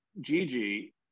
Gigi